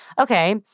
okay